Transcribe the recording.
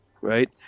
right